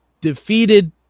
defeated